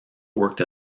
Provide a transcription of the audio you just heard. worked